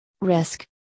risk